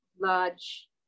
large